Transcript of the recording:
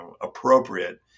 appropriate